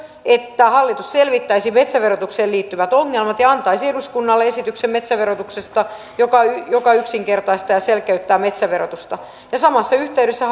että hallitus selvittäisi metsäverotukseen liittyvät ongelmat ja antaisi eduskunnalle esityksen metsäverotuksesta joka joka yksinkertaistaa ja selkeyttää metsäverotusta ja samassa yhteydessä